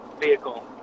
vehicle